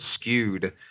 skewed